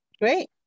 Great